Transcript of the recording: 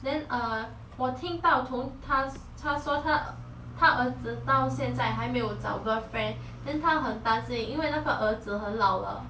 then uh 我听到从她她说她儿子到现在还没有找 girlfriend then 她很担心因为那个儿子很老了